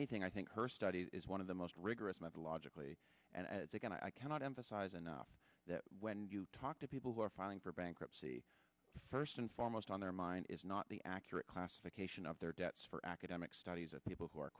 anything i think her study is one of the most rigorous math logically and again i cannot emphasize enough that when you talk to people who are filing for bankruptcy first and foremost on their mind is not the accurate classification of their debts for academic studies of people who are